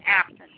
absent